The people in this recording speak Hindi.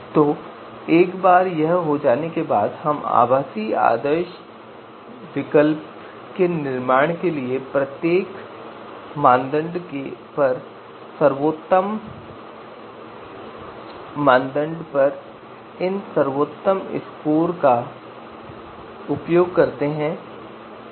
तो एक बार यह हो जाने के बाद हम आभासी आदर्श विकल्प के निर्माण के लिए प्रत्येक मानदंड पर इन सर्वोत्तम स्कोर का उपयोग करते हैं